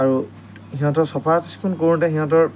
আৰু সিহঁতৰ চফা চিকুন কৰোঁতে সিহঁতৰ